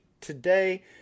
today